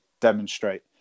demonstrate